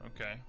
okay